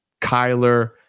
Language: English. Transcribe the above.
Kyler